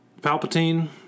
Palpatine